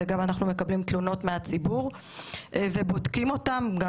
ואנחנו גם מקבלים תלונות מהציבור ובודקים אותם.